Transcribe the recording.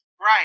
Right